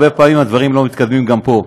הרבה פעמים הדברים לא מתקדמים גם פה.